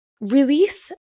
release